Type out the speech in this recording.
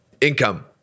income